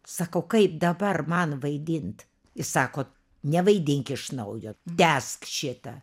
sakau kaip dabar man vaidint jis sako nevaidink iš naujo tęsk šitą